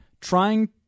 trying